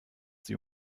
sie